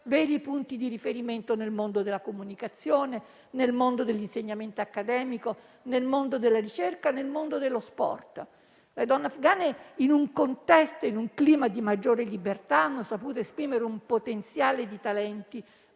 veri punti di riferimento nel mondo della comunicazione, dell'insegnamento accademico, della ricerca, dello sport. Le donne afghane, in un contesto e in un clima di maggiore libertà, hanno saputo esprimere un potenziale di talenti